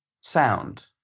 sound